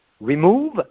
Remove